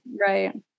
right